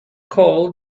call